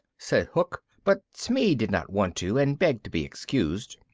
said hook, but smee did not want to, and begged to be excused.